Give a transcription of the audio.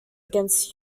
against